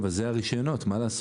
אבל אלה הרישיונות, מה לעשות?